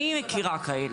אני מכירה כאלה.